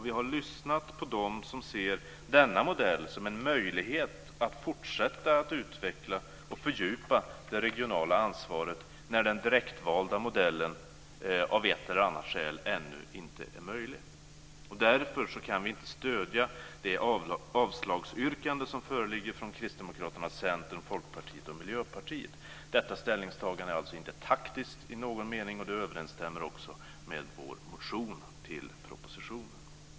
Vi har lyssnat på dem som ser denna modell som en möjlighet att fortsätta att utveckla och fördjupa det regionala ansvaret när den direktvalda modellen av ett eller annat skäl ännu inte är möjlig. Därför kan vi inte stödja det avslagsyrkande som föreligger från Kristdemokraterna, Centern, Folkpartiet och Miljöpartiet. Detta ställningstagande är inte taktiskt i någon mening, och det överensstämmer också med vår motion till propositionen.